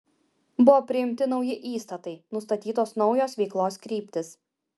buvo priimti nauji įstatai nustatytos naujos veiklos kryptys